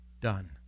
done